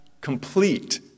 complete